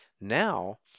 Now